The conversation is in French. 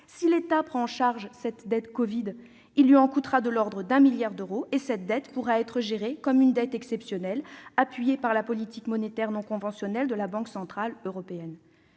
si l'État prend en charge cette " dette covid ", il lui en coûtera de l'ordre de 1 milliard d'euros par an [...], et cette dette pourra être gérée comme une dette exceptionnelle, appuyé en cela par la politique monétaire non conventionnelle de la Banque centrale européenne.